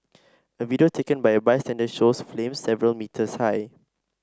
a video taken by a bystander shows flames several metres high